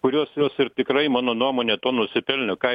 kurios jos ir tikrai mano nuomone to nusipelnė ką